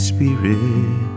Spirit